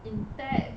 in tact